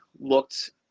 looked